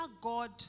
God